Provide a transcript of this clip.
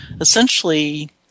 essentially